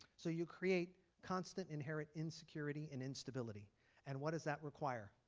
so you create constant inherent insecurity and instability and what does that require?